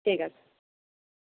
ঠিক আছে